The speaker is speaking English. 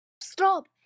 stop